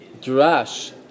drash